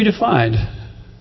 redefined